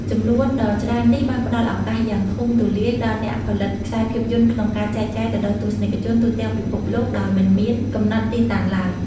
ចំនួនដ៏ច្រើននេះបានផ្តល់ឱកាសយ៉ាងធំទូលាយដល់អ្នកផលិតខ្សែភាពយន្តក្នុងការចែកចាយទៅដល់ទស្សនិកជនទូទាំងពិភពលោក ដោយមិនមានកំណត់ទីតាំងឡើយ។